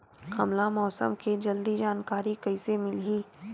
हमला मौसम के जल्दी जानकारी कइसे मिलही?